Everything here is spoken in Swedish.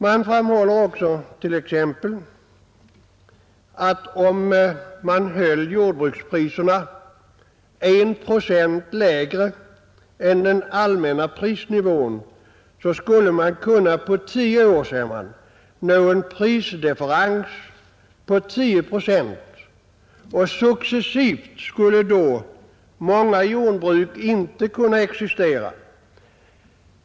Man framhåller också att om vi höll jordbrukspriserna I procent lägre än den allmänna prisnivån, skulle vi på tio år kunna nå en prisdifferens på 10 procent, och successivt skulle det då för många jordbruk bli omöjligt att existera.